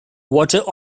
water